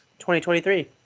2023